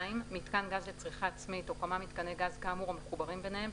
מיתקן גז לצריכה עצמית או כמה מיתקני גז כאמור המחוברים ביניהם,